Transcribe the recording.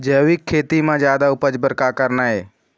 जैविक खेती म जादा उपज बर का करना ये?